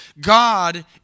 God